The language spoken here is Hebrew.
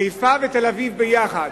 חיפה ותל-אביב יחד,